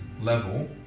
level